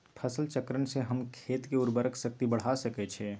फसल चक्रण से हम खेत के उर्वरक शक्ति बढ़ा सकैछि?